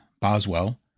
Boswell